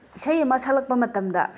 ꯏꯁꯩ ꯑꯃ ꯁꯛꯂꯛꯄ ꯃꯇꯝꯗ